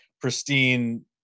pristine